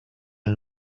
and